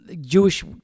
Jewish